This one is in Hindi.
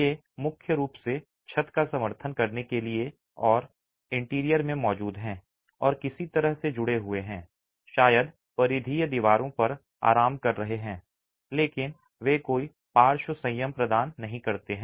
ये मुख्य रूप से छत का समर्थन करने के लिए हैं और इंटीरियर में मौजूद हैं और किसी तरह से जुड़े हुए हैं शायद परिधीय दीवारों पर आराम कर रहे हैं लेकिन वे कोई पार्श्व संयम प्रदान नहीं करते हैं